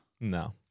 No